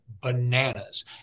bananas